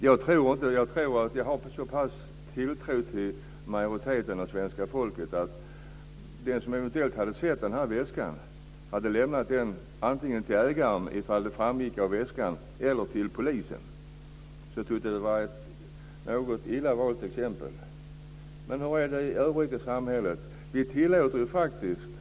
Jag har en så pass stor tilltro till majoriteten av svenska folket, att den som eventuellt ser väskan lämnar den antingen till ägaren, om det framgår, eller till polisen. Jag tycker att det var ett något illa valt exempel. Men hur är det i övriga samhället?